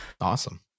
awesome